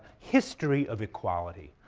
history of equality,